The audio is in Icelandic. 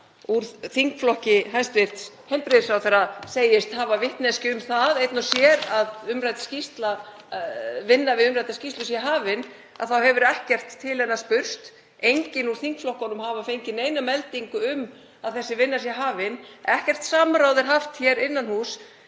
úr þingflokki hæstv. heilbrigðisráðherra, segist hafa vitneskju um það, einn og sér, að vinna við umrædda skýrslu sé hafin, þá hefur ekkert til hennar spurst. Enginn úr þingflokkunum hefur fengið neina meldingu um að þessi vinna sé hafin. Ekkert samráð er haft hér innan húss